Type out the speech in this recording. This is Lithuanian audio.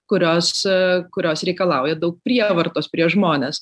kurios kurios reikalauja daug prievartos prieš žmones